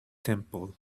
temple